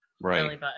Right